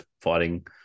fighting